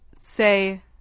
Say